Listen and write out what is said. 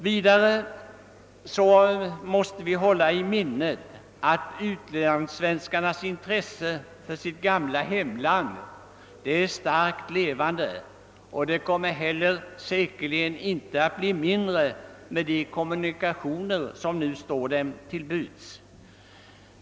Vidare måste vi hålla i minnet, att utlandssvenskarnas intresse för sitt gamla hemland är starkt levande, och det kommer säkerligen inte att bli mindre med de kommunikationer som nu står dem till buds.